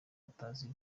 utazi